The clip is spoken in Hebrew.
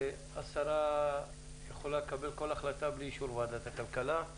השרה יכולה לקבל כל החלטה בלי אישור ועדת הכלכלה.